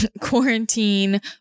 quarantine